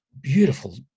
beautiful